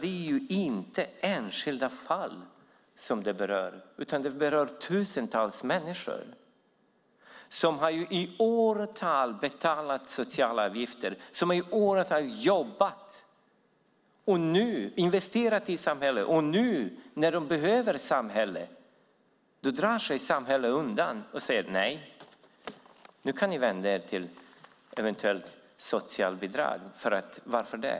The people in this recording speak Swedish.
Det är inte enskilda fall som det berör, utan det rör tusentals människor som i åratal har betalat sociala avgifter, som i åratal jobbat och investerat i samhället. Men nu när de behöver samhället drar sig samhället undan och säger: Nej, ni får vända er till socialen för eventuellt socialbidrag. Varför det?